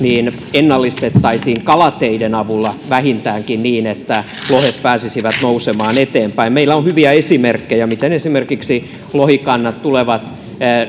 ennallistettaisiin kalateiden avulla vähintäänkin niin että lohet pääsisivät nousemaan eteenpäin meillä on hyviä esimerkkejä miten esimerkiksi lohikannat tulevat